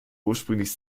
ursprünglich